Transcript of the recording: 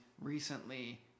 recently